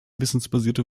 wissensbasierte